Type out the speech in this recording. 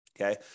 Okay